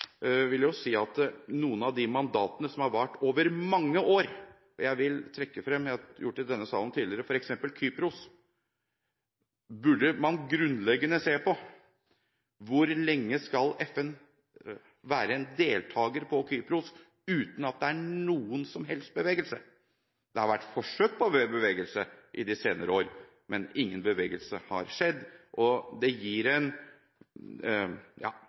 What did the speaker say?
si at noen av mandatene som har vart over mange år – jeg vil trekke frem f.eks. Kypros, som jeg har gjort tidligere i denne salen – burde man grunnleggende se på. Hvor lenge skal FN være en deltager på Kypros, uten at det er noen som helst bevegelse? Det har vært forsøk på bevegelse de senere årene, men ingen bevegelse har skjedd. Det er lite meningsfullt det